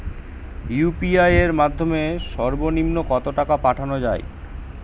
UPI এর মাধ্যমে সর্ব নিম্ন কত টাকা পাঠানো য়ায়?